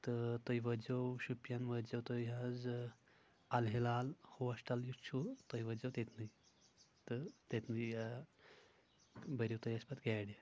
تہٕ تُہۍ وٲتۍزٮ۪و شُپین وٲتۍزٮ۪و تُہۍ حظ الحلال ہوسٹل یُس چھُ تُہۍ وٲتۍزٮ۪و تٔتۍنے تہٕ تٔتۍنے بٔرِو تُہۍ اسہِ پتہٕ گاڑِ